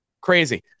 Crazy